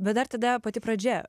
bet dar tada pati pradžia